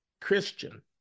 Christian